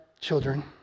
children